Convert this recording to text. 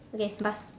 okay bye